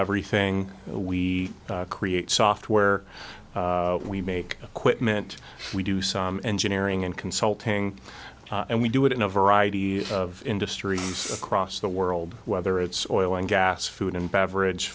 everything we create software we make quick meant we do some engineering and consulting and we do it in a variety of industries across the world whether it's or oil and gas food and beverage